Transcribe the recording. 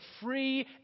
free